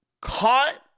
caught